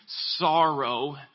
sorrow